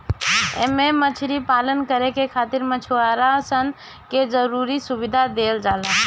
एमे मछरी पालन करे खातिर मछुआरा सन के जरुरी सुविधा देहल जाला